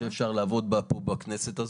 שאפשר לעבוד בה פה בכנסת הזו.